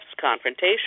confrontation